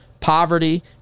poverty